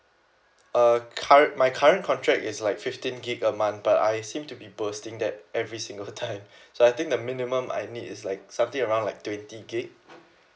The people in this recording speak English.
err current my current contract is like fifteen gig a month but I seem to be bursting that every single time so I think the minimum I need is like something around like twenty gig